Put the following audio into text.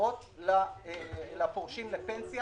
עוזרות לפורשים לפנסיה.